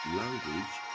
language